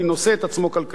נושא את עצמו כלכלית,